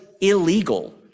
illegal